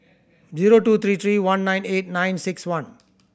zero two three three one nine eight nine six one